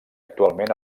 actualment